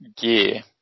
gear